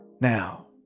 Now